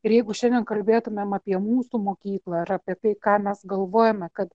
ir jeigu šiandien kalbėtumėm apie mūsų mokyklą ir apie tai ką mes galvojame kad